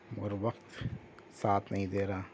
مگر وقت ساتھ نہیں دے رہا